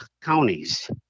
counties